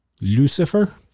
Lucifer